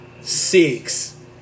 six